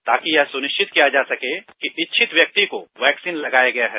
ताकि यह सुनिश्चित किया जा सके कि इच्छित व्यंक्ति को वैक्सीन लगाया गया है